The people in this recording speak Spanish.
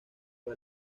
fue